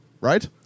right